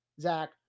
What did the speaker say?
Zach